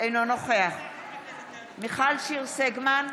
אינו נוכח מיכל שיר סגמן,